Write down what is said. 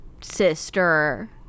sister